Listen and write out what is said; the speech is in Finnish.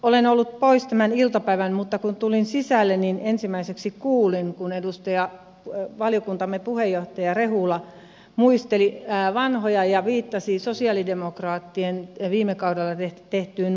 olen ollut poissa tämän iltapäivän mutta kun tulin sisälle niin ensimmäiseksi kuulin kun valiokuntamme puheenjohtaja rehula muisteli vanhoja ja viittasi sosialidemokraattien viime kaudella tehtyyn vastalauseeseen